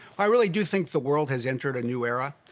i really do think the world has entered a new era.